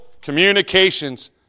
communications